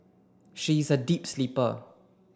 she's a deep sleeper